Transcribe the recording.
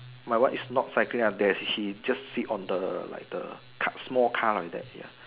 my one is not cycling lah there's he just sit on the like the car small car like that ya